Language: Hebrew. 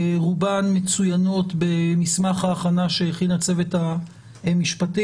רובן מצוינות במסמך ההכנה שהכין הצוות המשפטי